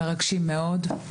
מרגשים מאוד,